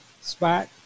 spot